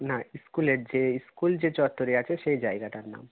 না ইস্কুলের যে ইস্কুল যে চত্বরে আছে সেই জায়গাটার নাম